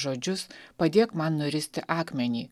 žodžius padėk man nuristi akmenį